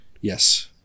Yes